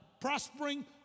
prospering